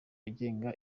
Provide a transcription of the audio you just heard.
agenga